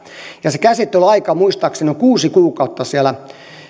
ja se käsittelyaika muistaakseni on kuusi kuukautta